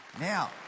Now